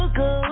go